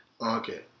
Okay